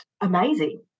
amazing